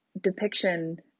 depiction